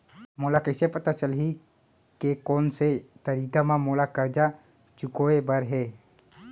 मोला कइसे पता चलही के कोन से तारीक म मोला करजा चुकोय बर हे?